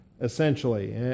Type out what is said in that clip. essentially